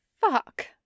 Fuck